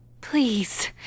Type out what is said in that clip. please